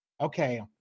okay